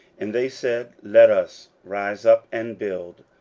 and they said, let us rise up and build.